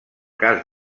cas